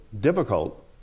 difficult